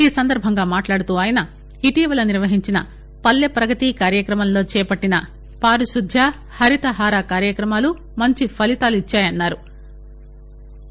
ఈ సందర్భంగా మాట్లాడుతూ కలెక్టర్ ఇటీవల నిర్వహించిన పల్లె పగతి కార్యక్రమంలో చేపట్టిన పారిశుద్య హరితహార కార్యక్రమాలు మంచి ఫలితాలు ఇచ్చాయని తెలిపారు